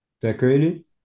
Decorated